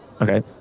Okay